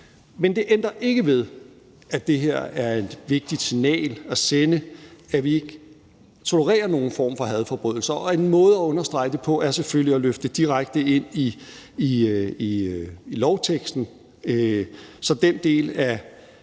Men det ændrer ikke ved, at det her er et vigtigt signal at sende: at vi ikke tolererer nogen form for hadforbrydelser. Og en måde at understrege det på er selvfølgelig at løfte det direkte ind i lovteksten. Så den del af